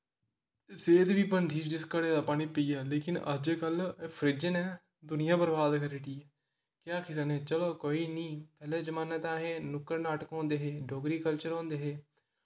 सेह्त बी बनदी ही जिस घड़े दा पानी पियै लेकिन अज्जकल फ्रिज ने दुनिया बर्बाद करी ओड़ी ऐ केह् आक्खी सकनें चलो कोई नी पैह्ले जमान्ने ते असें नुक्कड़ नाटक होंदे हे डोगरी कल्चर होंदे हा